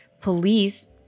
police